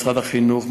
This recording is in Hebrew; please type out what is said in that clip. משרד החינוך,